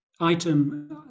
item